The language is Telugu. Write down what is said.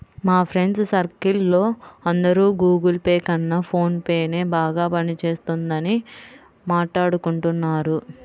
మా ఫ్రెండ్స్ సర్కిల్ లో అందరూ గుగుల్ పే కన్నా ఫోన్ పేనే బాగా పని చేస్తున్నదని మాట్టాడుకుంటున్నారు